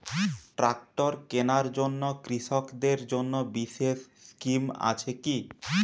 Tractor কেনার জন্য কৃষকদের জন্য বিশেষ স্কিম আছে কি?